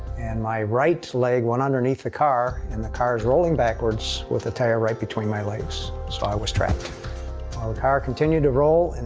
and my right leg went underneath the car, and the car's rolling backwards with the tire right between my legs, so i was trapped. ah the car continued to roll, and